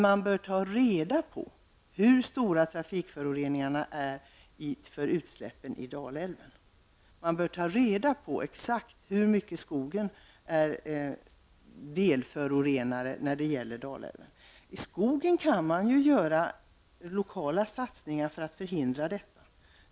Man bör ta reda på hur stora uppsläppen från trafikföroreningarna är i Dalälven. Man bör ta reda på exakt i vilken grad skogen är delförorenare i Dalälven. När det gäller skogen kan man verkligen göra lokala satsningar för att förhindra förorening.